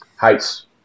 heights